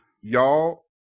y'all